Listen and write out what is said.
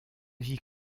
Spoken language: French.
vie